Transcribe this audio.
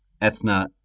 Ethna